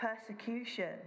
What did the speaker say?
persecution